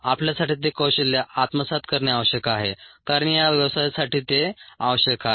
आपल्यासाठी ते कौशल्य आत्मसात करणे आवश्यक आहे कारण या व्यवसायासाठी ते आवश्यक आहे